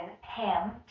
ham